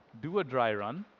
do a dry run,